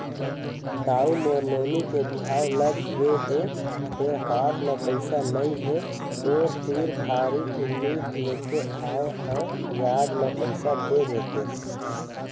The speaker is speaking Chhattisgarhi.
दाऊ मोर नोनी के बिहाव लगगे हे फेर हाथ म पइसा नइ हे, तोर तीर भारी उम्मीद लेके आय हंव बियाज म पइसा दे देतेस